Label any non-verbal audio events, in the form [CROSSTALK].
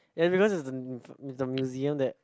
ya because is the [NOISE] the museum that